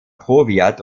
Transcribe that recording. powiat